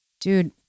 Dude